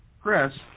Chris